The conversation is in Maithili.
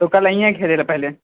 तू कल अइहे खेलै लए पहिले